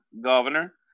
governor